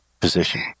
position